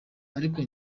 ariko